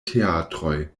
teatroj